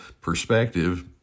perspective